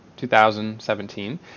2017